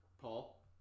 Paul